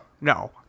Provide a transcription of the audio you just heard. No